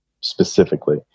specifically